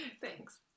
Thanks